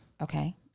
okay